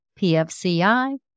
PFCI